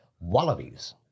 wallabies